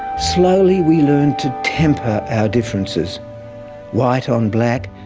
slowly we learned to temper our differences white on black,